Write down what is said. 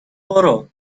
برو